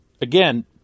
again